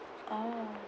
orh